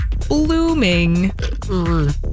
Blooming